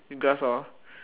then grass lor